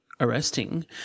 arresting